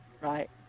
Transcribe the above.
right